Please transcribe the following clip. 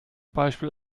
beispiel